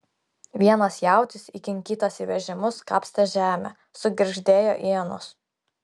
vienas jautis įkinkytas į vežimus kapstė žemę sugirgždėjo ienos